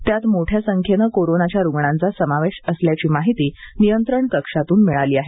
त्यात मोठ्या संख्येनं कोरोनाच्या रुग्णांचा समावेश असल्याची माहिती नियंत्रण कक्षातून मिळाली आहे